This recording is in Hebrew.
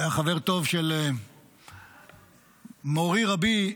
הוא היה חבר טוב של מורי ורבי,